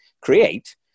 create